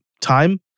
time